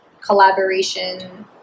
collaboration